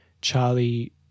Charlie